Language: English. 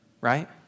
right